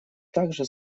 также